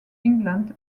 england